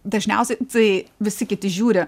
dažniausiai tai visi kiti žiūri